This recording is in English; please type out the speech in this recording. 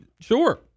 Sure